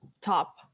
top